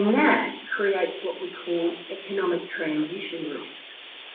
that creates what we call economic transition risks,